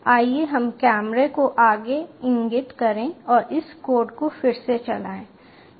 आइए हम कैमरे को आगे इंगित करें और इस कोड को फिर से चलाएँ